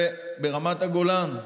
וברמת הגולן,